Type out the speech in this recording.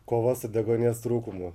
kova su deguonies trūkumu